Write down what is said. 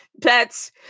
pets